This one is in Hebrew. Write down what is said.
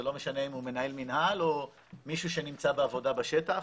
זה לא משנה אם הוא מנהל מינהל או מישהו שנמצא בעבודה בשטח.